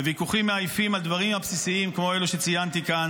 בוויכוחים מעייפים על דברים בסיסים כמו אלה שציינתי כאן.